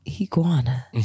iguana